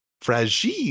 fragile